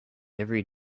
every